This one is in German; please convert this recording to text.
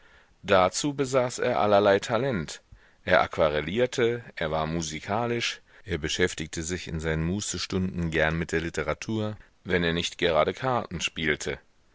dazu besaß er allerlei talent er aquarellierte er war musikalisch er beschäftigte sich in seinen mußestunden gern mit der literatur wenn er nicht gerade karten spielte